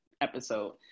episode